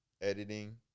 editing